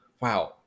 Wow